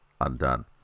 undone